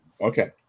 Okay